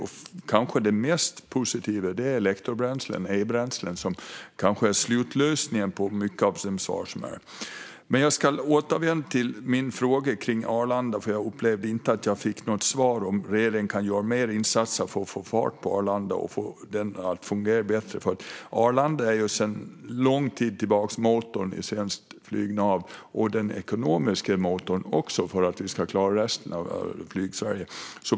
Och det kanske mest positiva är elektrobränslen, e-bränslen, som kanske är slutlösningen på mycket. Jag ska återvända till min fråga om Arlanda, eftersom jag inte upplevde att jag fick något svar på om regeringen kan göra mer insatser för att få fart på Arlanda och få Arlanda att fungera bättre. Arlanda är sedan lång tid tillbaka motorn i svenskt flygnav, och också den ekonomiska motorn för att vi ska klara resten av Flygsverige.